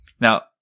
Now